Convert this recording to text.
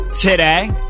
today